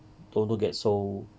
don't don't get so